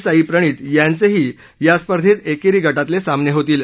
साई प्रणीत यांचेही या स्पर्धेत एकेरी गटातील सामने होतील